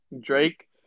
Drake